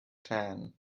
tan